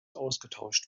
ausgetauscht